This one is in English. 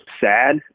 sad